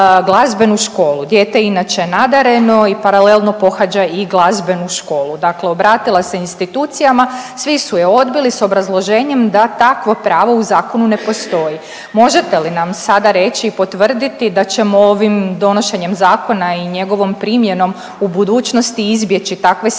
glazbenu školu, dijete je inače nadareno i paralelno pohađa i glazbenu školu, dakle obratila se institucijama, svi su je odbili s obrazloženjem da takvo pravo u zakonu ne prostoji. Možete li nam sada reći i potvrditi da ćemo ovim donošenjem zakona i njegovom primjenom u budućnosti izbjeći takve situacije